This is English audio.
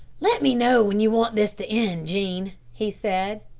let me know when you want this to end, jean, he said.